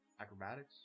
Acrobatics